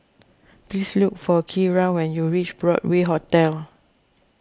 please look for Kiera when you reach Broadway Hotel